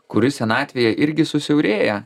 kuris senatvėje irgi susiaurėja